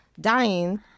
dying